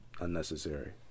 unnecessary